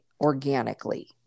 organically